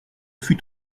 fut